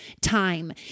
time